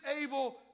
able